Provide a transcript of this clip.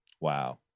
Wow